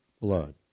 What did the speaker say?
blood